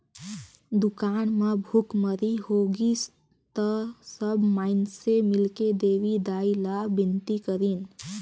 दुकाल म भुखमरी होगिस त सब माइनसे मिलके देवी दाई ला बिनती करिन